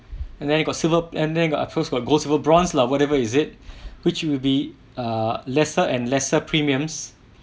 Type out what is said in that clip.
and then you got silver and then you got ah first you got gold silver bronze lah whatever is it which it will be ah lesser and lesser premiums